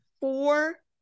four